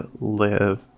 live